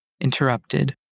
interrupted